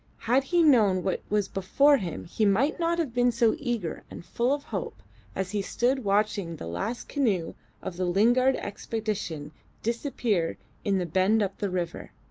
had he known what was before him he might not have been so eager and full of hope as he stood watching the last canoe of the lingard expedition disappear in the bend up the river.